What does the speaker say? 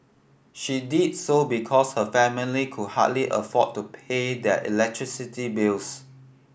she did so because her family could hardly afford to pay their electricity bills